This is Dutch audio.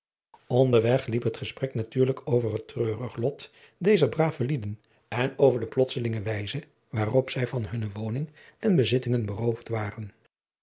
onderweg liep het gesprek natuurlijk over het treurig lot dezer brave lieden en over de plotselijke wijze waarop zij van hunne woning en bezittingen beroofd waren